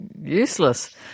Useless